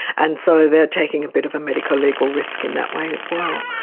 and so they are taking a bit of a medico-legal risk in that way as well.